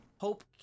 Hope